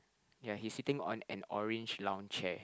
ya he's sitting on an orange lounge chair